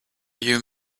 you